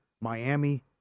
Miami